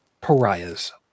pariahs